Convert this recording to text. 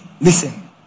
listen